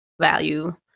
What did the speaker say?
value